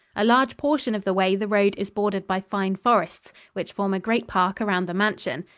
a large portion of the way the road is bordered by fine forests, which form a great park around the mansion.